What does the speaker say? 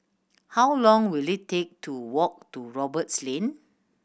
how long will it take to walk to Roberts Lane